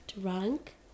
drunk